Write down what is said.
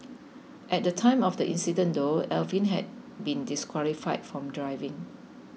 at the time of the incident though Alvin had been disqualified from driving